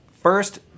First